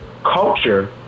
culture